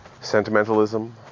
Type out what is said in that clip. sentimentalism